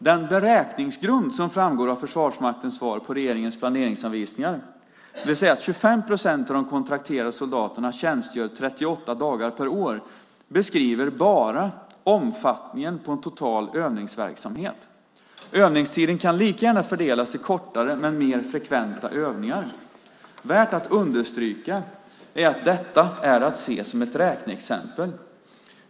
Den beräkningsgrund som framgår av Försvarsmaktens svar på regeringens planeringsanvisningar, det vill säga att 25 procent av de kontrakterade soldaterna tjänstgör 38 dagar per år, beskriver bara omfattningen av en total övningsverksamhet. Övningstiden kan lika gärna fördelas på kortare men mer frekventa övningar. Värt att understryka är att detta är att se som ett räkneexempel.